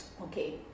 Okay